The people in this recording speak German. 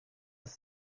ist